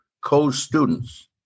co-students